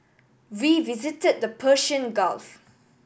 we visited the Persian Gulf